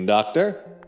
Doctor